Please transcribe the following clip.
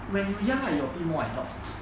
when you young right you will pee more leh dogs